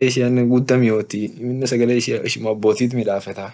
ishiane guda miotii sagalenen ishutii midafetaa.